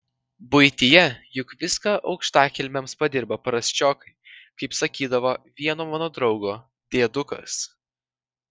buityje juk viską aukštakilmiams padirba prasčiokai kaip sakydavo vieno mano draugo diedukas